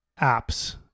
apps